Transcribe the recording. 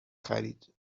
خرید